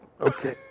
Okay